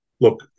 Look